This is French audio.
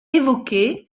évoqué